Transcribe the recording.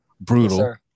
brutal